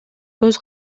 көз